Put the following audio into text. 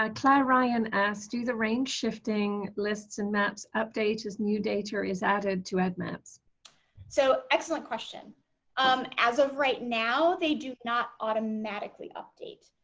um clair ryan asked do the range shifting lists and maps update as new data is added to eddmaps so excellent question um as of right now they do not automatically update